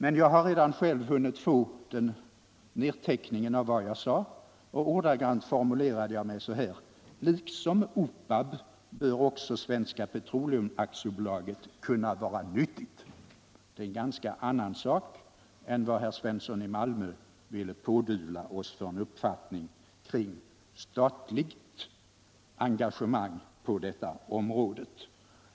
Men jag har redan hunnit få nedteckningen av vad jag sade och där står det ordagrant så här: ”Liksom OPAB bör också Svenska Petroleum AB kunna vara nyttigt.” Det är en helt annan sak än den uppfattning herr Svensson i Malmö ville pådyvla oss angående statligt engagemang på detta område.